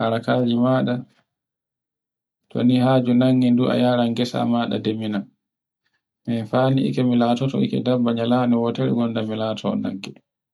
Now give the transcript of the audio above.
harkaji maɗa, to ni haaje nannji ndun a yarai gesa maɗa demina. min fani igga mi latoto dabba nyalando wotere igga mi lato nagge